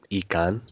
ikan